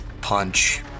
punch